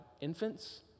infants